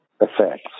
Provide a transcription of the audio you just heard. effects